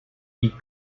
die